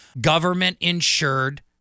government-insured